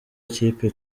ikipe